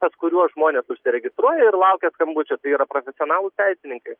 pas kuriuos žmonės užsiregistruoja ir laukia skambučio tai yra profesionalūs teisininkai